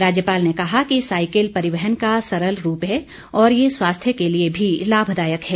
राज्यपाल ने कहा कि साईकिल परिवहन का सरल रूप है और ये स्वास्थ्य के लिए भी लाभदायक है